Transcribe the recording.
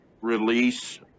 release